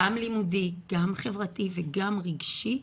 גם לימודי, גם חברתי וגם רגשי,